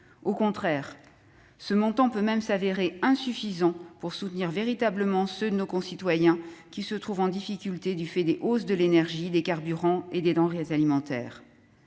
Au contraire, ce montant pourrait même se révéler insuffisant pour soutenir véritablement ceux de nos concitoyens qui se trouvent en difficulté du fait des hausses du prix de l'énergie, des carburants et des denrées alimentaires.